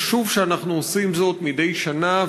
חשוב שאנחנו עושים זאת מדי שנה,